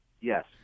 Yes